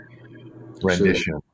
rendition